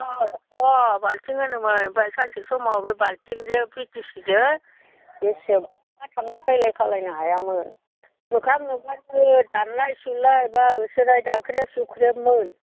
अह अह बालथिं होनोमोन आमफाय सानसे समाव बे बालथिंजों पिटिसिजों बेसेबांबा थांलाय फैलाय खालायनो हायामोन मोखां नुबानो दानलाय सुलाय बा होसोनाय दानख्रेब सुख्रेबमोन